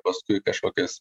paskui kažkokias